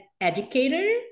educator